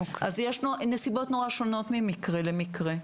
אז יש נסיבות נורא שונות ממקרה למקרה.